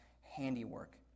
handiwork